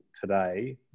today